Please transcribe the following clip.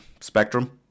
spectrum